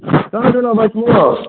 साँझ बला बैचमे यऽ